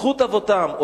זכות אבותם,